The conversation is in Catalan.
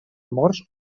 morts